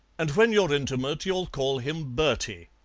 and when you're intimate, you'll call him bertie.